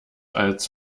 als